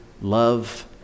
love